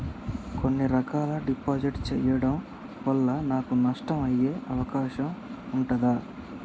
కొన్ని రకాల డిపాజిట్ చెయ్యడం వల్ల నాకు నష్టం అయ్యే అవకాశం ఉంటదా?